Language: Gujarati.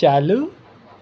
ચાલુ